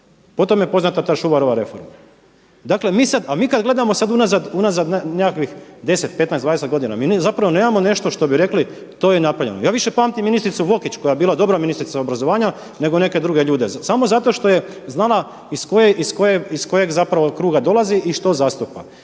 Po tome je poznata ta Šuvarova reforma. Dakle, mi sad, a mi kad gledamo unazad nekakvih 10, 15, 20 godina mi zapravo nemamo nešto što bi rekli to je napravljeno. Ja više pamtim ministricu Vokić koja je bila dobra ministrica obrazovanja, nego neke druge ljude samo zato što je znala iz kojeg zapravo kruga dolazi i što zastupa.